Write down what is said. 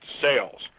sales